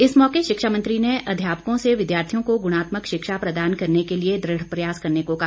इस मौके शिक्षा मंत्री ने अध्यापकों से विद्यार्थियों को गुणात्मक शिक्षा प्रदान करने के लिए दृढ़ प्रयास करने को कहा